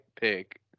pick